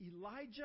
Elijah